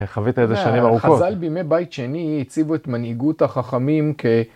חווית את זה שנים ארוכות. חזל בימי בית שני הציבו את מנהיגות החכמים כ...